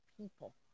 people